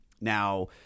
Now